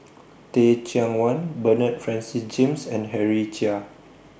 Teh Cheang Wan Bernard Francis James and Henry Chia